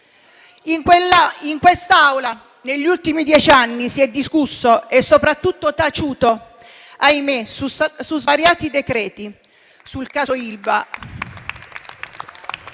In quest'Aula negli ultimi dieci anni si è discusso e soprattutto taciuto - ahimè - su svariati decreti-legge